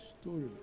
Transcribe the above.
story